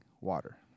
water